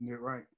Right